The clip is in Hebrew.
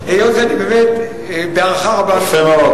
אדוני היושב-ראש,